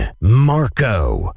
Marco